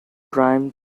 prime